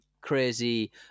crazy